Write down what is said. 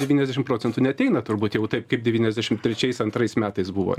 devyniasdešim procentų neateina turbūt jeigu taip kaip devyniasdešim trečiais antrais metais buvo